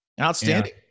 Outstanding